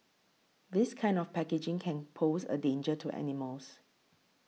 this kind of packaging can pose a danger to animals